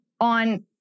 on